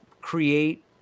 create